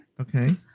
Okay